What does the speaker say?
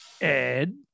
Ed